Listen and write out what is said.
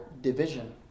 division